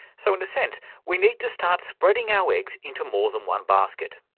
so in a sense we need to start spreading our eggs into more than one basket.